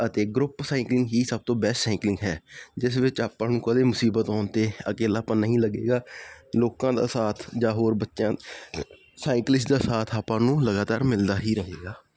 ਅਤੇ group cycling ਹੀ ਸਭ ਤੋਂ ਬੈਸਟ ਸਾਈਕਲਿੰਗ ਹੈ ਜਿਸ ਵਿੱਚ ਆਪਾਂ ਨੂੰ ਕਦੇ ਮੁਸੀਬਤ ਆਉਣ 'ਤੇ ਅਕੇਲਾਪਣ ਨਹੀਂ ਲੱਗੇਗਾ ਲੋਕਾਂ ਦਾ ਸਾਥ ਜਾਂ ਹੋਰ ਬੱਚਿਆਂ ਸਾਈਕਲਿਸਟ ਦਾ ਸਾਥ ਆਪਾਂ ਨੂੰ ਲਗਾਤਾਰ ਮਿਲਦਾ ਹੀ ਰਹੇਗਾ